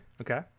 Okay